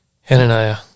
Hananiah